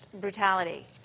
brutality